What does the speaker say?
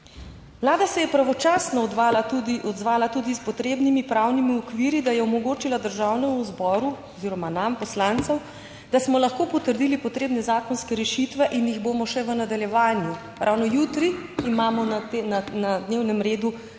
Vlada se je pravočasno odvala tudi, odzvala tudi s potrebnimi pravnimi okvirji, da je omogočila Državnemu zboru oziroma nam poslancem, da smo lahko potrdili potrebne zakonske rešitve in jih bomo še v nadaljevanju - ravno jutri imamo na dnevnem redu